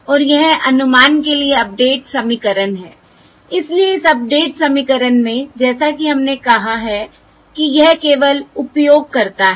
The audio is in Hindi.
और यह अनुमान के लिए अपडेट समीकरण है इसलिए इस अपडेट समीकरण में जैसा कि हमने कहा है कि यह केवल उपयोग करता है